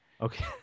Okay